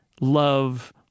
love